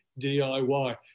DIY